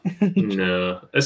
no